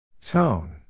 Tone